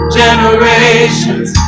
generations